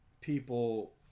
people